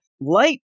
Light